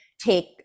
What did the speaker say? take